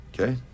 Okay